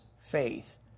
faith